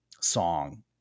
song